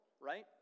right